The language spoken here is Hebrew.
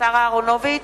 השר אהרונוביץ.